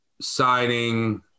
signing